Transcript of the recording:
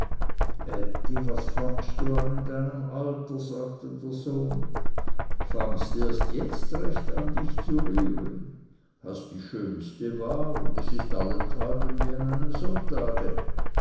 was fangst du an in deinem alter sagte der sohn fangst erst jetzt recht an dich zu rühren hast die schönste war und es ist allenthalben wie an einem sonntage